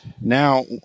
now